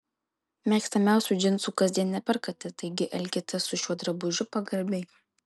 mėgstamiausių džinsų kasdien neperkate taigi elkitės su šiuo drabužiu pagarbiai